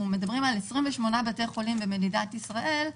מדברים על 28 בתי חולים במדינת ישראל,